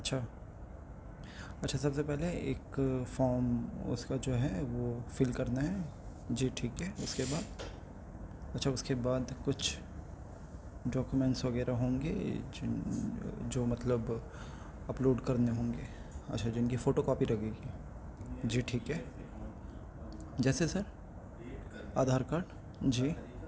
اچھا اچھا سب سے پہلے ایک فام اس کا جو ہے وہ فل کرنا ہے جی ٹھیک ہے اس کے بعد اچھا اس کے بعد کچھ ڈاکیومینٹس وغیرہ ہوں گے جن جو مطلب اپلوڈ کرنے ہوں گے اچھا جن کی فوٹو کاپی لگے گی جی ٹھیک ہے جیسے سر آدھار کارڈ جی